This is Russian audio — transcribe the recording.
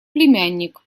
племянник